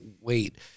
wait